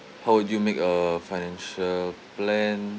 how would you make a financial plan